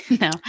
no